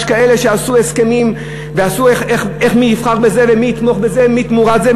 יש כאלה שעשו הסכמים ועשו איך מי יבחר בזה ומי יתמוך בזה ומי תמורת זה,